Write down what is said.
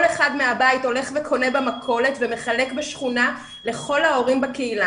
אחד מהבית הולך וקונה במכולת ומחלק בשכונה לכל ההורים בקהילה